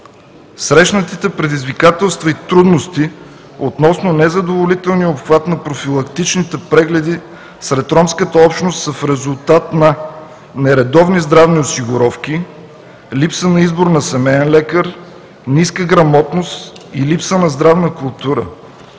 Срещнатите предизвикателства и трудности относно незадоволителния обхват на профилактичните прегледи сред ромската общност са в резултат на: нередовни здравни осигуровки; липса на избор на семеен лекар; ниска грамотност и липса на здравна култура;